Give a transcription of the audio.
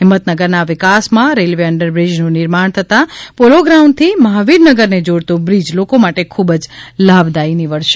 હિંમતનગરના વિકાસમાં railway under બ્રિજનું નિર્માણ થતા પોલોગ્રાઉન્ડથી મહાવીરનગરને જોડતો બ્રિજ લોકો માટે ખૂબ જ લાભદાયી નિવડશે